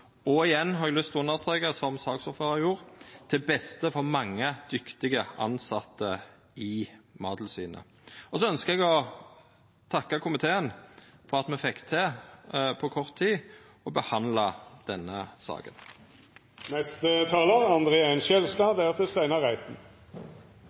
eg igjen lyst til å understreka, slik òg saksordføraren har gjort – til beste for mange dyktige tilsette i Mattilsynet. Så ønskjer eg å takka komiteen for at me på kort tid fekk til å behandla denne